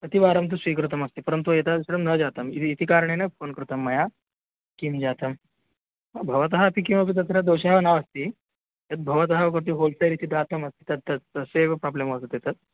कतिवारं तु स्वीकृतमस्ति परन्तु एतादृशं न जातम् इति इति कारणेन फोन् कृतं मया किं जातं भवतः अपि किमपि तत्र दोषः नास्ति यद् भवतः प्रति होल्सेल् इति दातमस्ति तत् तत् तस्यैव प्राब्लं वर्तते तत्